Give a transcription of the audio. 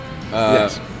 Yes